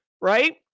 Right